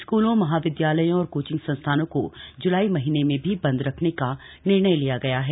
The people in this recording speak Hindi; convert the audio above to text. स्कूलों महाविद्यालयों और कोचिंग संस्थानों को जुलाई महीने में भी बंद रखने का निर्णय लिया गया है